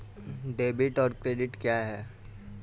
Debit और credit क्या है?